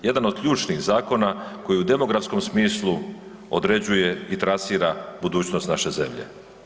Jedan od ključnih zakona koji u demografskom smislu određuje i trasira budućnost naše zemlje.